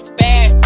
bad